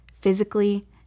physically